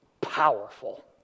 powerful